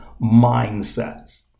mindsets